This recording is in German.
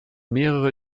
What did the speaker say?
mehrere